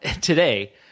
today